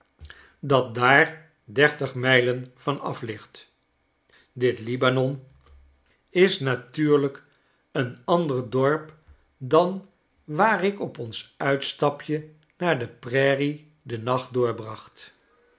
dat daar dertig mijlen van af ligt dit libanon is natuurlijk een ander dorp dan dat waar ik op ons uitstapje naar de prairie den nacht doorbracht